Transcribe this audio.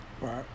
Right